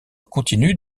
continue